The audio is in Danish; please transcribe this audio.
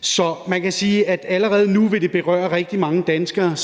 Så man kan sige, at allerede nu vil det berøre rigtig mange danskere,